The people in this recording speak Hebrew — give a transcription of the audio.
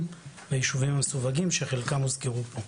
והיישובים המסווגים שחלקם הוזכרו פה.